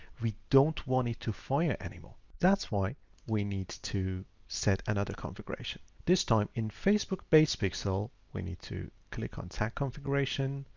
we don't want it to fire anymore. that's why we need to set another configuration. this time in facebook base pixel, we need to click on tag configuration,